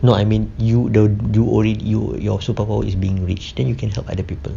no I mean you don't you already you your superpower is being rich then you can help other people